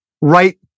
right